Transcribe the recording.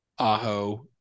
Aho